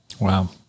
Wow